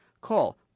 Call